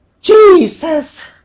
Jesus